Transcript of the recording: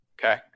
Okay